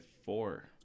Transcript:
four